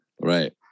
Right